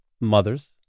mothers